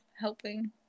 Helping